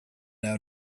out